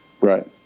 Right